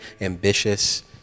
ambitious